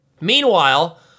Meanwhile